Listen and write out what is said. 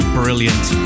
brilliant